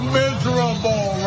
miserable